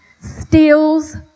Steals